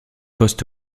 post